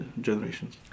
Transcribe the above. generations